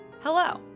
Hello